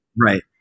right